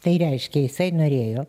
tai reiškia jisai norėjo